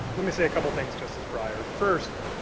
let me say a couple things, justice breyer. first,